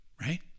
right